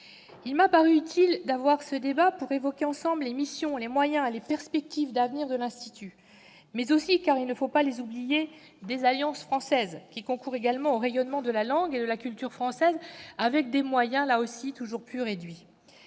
m'a paru utile pour évoquer ensemble les missions, les moyens et les perspectives d'avenir de l'Institut, mais aussi, car il ne faut pas les oublier, des alliances françaises, qui concourent également au rayonnement de la langue et de la culture françaises, avec des moyens toujours plus réduits.